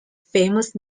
famous